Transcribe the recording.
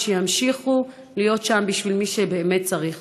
שימשיכו להיות שם בשביל מי שבאמת צריך.